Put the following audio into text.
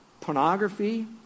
pornography